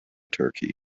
turkey